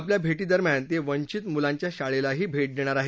आपल्या भेटीदरम्यान ते वंचित मुलांच्या शाळेलाही भेट देणार आहेत